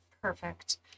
Perfect